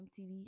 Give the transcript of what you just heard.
mtv